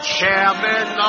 chairman